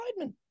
Weidman